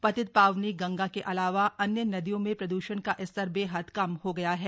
पतित पावनी गंगा के अलावा अन्य नदियों में प्रद्रषण का स्तर बेहद कम हो गया है